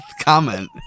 comment